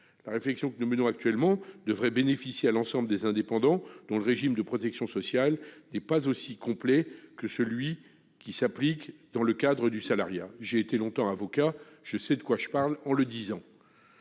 La réflexion que nous menons actuellement devrait bénéficier à l'ensemble des indépendants, dont le régime de protection sociale n'est pas aussi complet que celui qui s'applique dans le cadre du salariat- pour avoir été longtemps avocat, je sais de quoi je parle ... Les